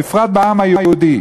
בפרט בעם היהודי.